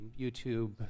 YouTube